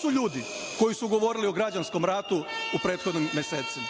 su ljudi koji su govorili o građanskom ratu u prethodnim mesecima.